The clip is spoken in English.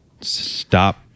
stop